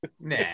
nah